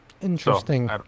Interesting